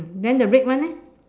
then the red one eh